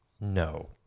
no